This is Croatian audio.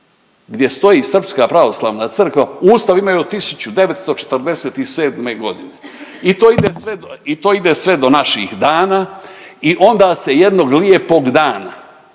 gdje stoji Srpska pravoslavna crkva u Ustavu imaju od 1947.g. i to ide sve do naših dana i onda se jednog lijepog dana